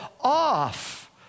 off